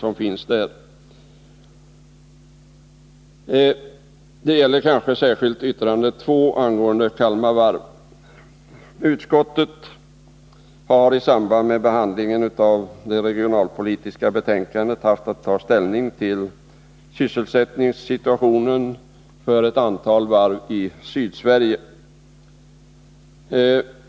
Det gäller speciellt det som tas upp i det särskilda yttrandet 2 angående Kalmar Varv. Utskottet har i samband med behandlingen av det regionalpolitiska betänkandet haft att ta ställning till sysselsättningssituationen för ett antal varv i Sydsverige.